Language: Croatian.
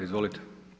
Izvolite.